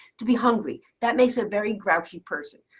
to be hungry. that makes a very grouchy person.